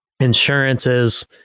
insurances